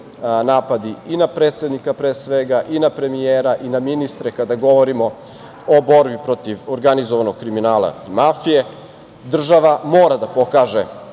napadi i na predsednika, pre svega, i na premijera i na ministre, kada govorimo o borbi protiv organizovanog kriminala i mafije. Država mora da pokaže